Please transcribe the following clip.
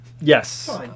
Yes